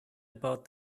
about